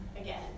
again